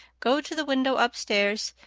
go to the window up-stairs,